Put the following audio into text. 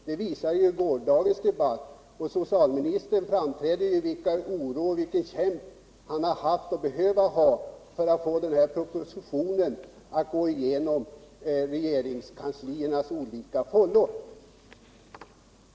Det framgick bl.a. av gårdagens debatt, då socialministern talade om den oro han känt och hur han fått kämpa när det gällt att få denna proposition igenom regeringskansliets olika fållor.